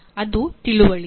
ಅದು ತಿಳುವಳಿಕೆ